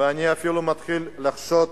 ואני אפילו מתחיל לחשוד